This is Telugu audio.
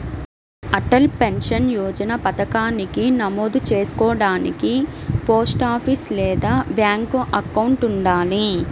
అటల్ పెన్షన్ యోజన పథకానికి నమోదు చేసుకోడానికి పోస్టాఫీస్ లేదా బ్యాంక్ అకౌంట్ ఉండాలి